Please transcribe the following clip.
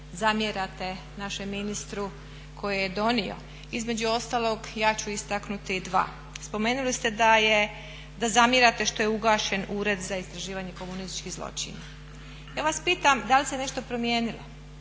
zamjerate našem ministru koje je donio, između ostalog ja ću istaknuti dva. Spomenuli ste da zamjerate što je ugašen Ured za istraživanje komunističkih zločina. Ja vas pitam da li se nešto promijenilo?